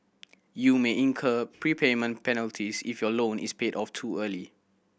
you may incur prepayment penalties if your loan is paid off too early